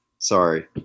Sorry